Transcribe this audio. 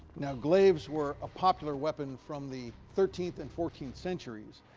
now, glaives were a popular weapon from the thirteenth and fourteenth centuries.